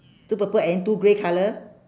two purple and two grey colour